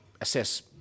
assess